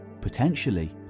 potentially